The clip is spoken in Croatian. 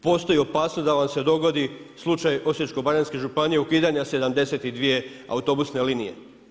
Postoji opasnost da vam se dogodi slučaj Osječko-baranjske županije ukidanja 72 autobusne linije.